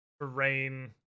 terrain